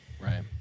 Right